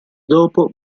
dopo